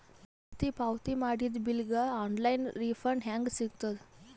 ಜಾಸ್ತಿ ಪಾವತಿ ಮಾಡಿದ ಬಿಲ್ ಗ ಆನ್ ಲೈನ್ ರಿಫಂಡ ಹೇಂಗ ಸಿಗತದ?